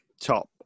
top